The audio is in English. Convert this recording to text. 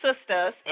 Sisters